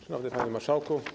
Szanowny Panie Marszałku!